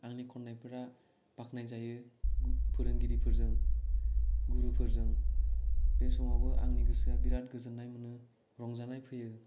आंनि खननायफोरा बाख्नाय जायो फोरोंगिरि फोरजों गुरुफोरजों बे समावबो आंनि गोसोआ बिराद गोजोन्नाय मोनो रंजानाय फैयो